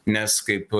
nes kaip